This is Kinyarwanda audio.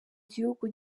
gihugu